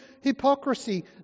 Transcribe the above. hypocrisy